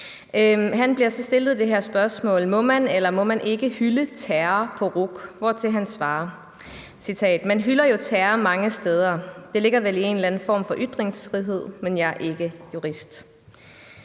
han bliver stillet spørgsmålet, om man må eller ikke må hylde terror på RUC, hvortil han svarer: »Man hylder jo terror mange steder. Det ligger vel i en eller anden form for ytringsfrihed. Men jeg er ikke jurist...«